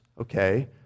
okay